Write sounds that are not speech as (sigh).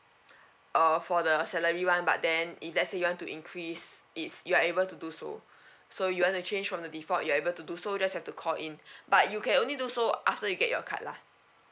uh for the salary [one] but then if let say you want to increase it's you are able to do so (breath) so you wanna change from the default you're able to do so just have to call in (breath) but you can only do so after you get your card lah